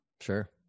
Sure